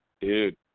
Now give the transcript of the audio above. dude